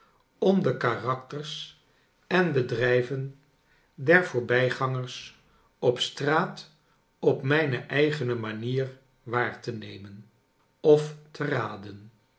om dekarakters en bedrijven der voorbij gangers op straat op mijne eigene manier waar te nemen of te raden